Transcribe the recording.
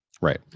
Right